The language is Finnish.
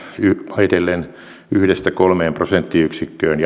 vaihdellen yhdestä kolmeen prosenttiyksikköön